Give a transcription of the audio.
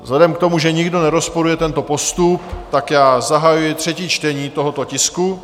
Vzhledem k tomu, že nikdo nerozporuje tento postup, zahajuji třetí čtení tohoto tisku.